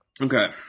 Okay